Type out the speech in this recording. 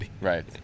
Right